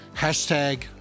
Hashtag